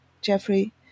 Jeffrey